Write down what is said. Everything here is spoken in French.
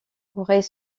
pourrait